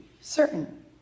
certain